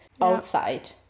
outside